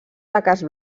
taques